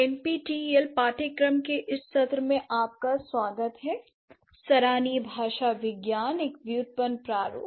NPTEL पाठ्यक्रम के इस सत्र में आपका स्वागत हैसराहनीय भाषा विज्ञान एक टाइपोलॉजिकल दृष्टिकोण